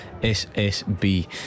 SSB